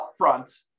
upfront